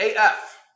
AF